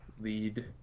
lead